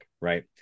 right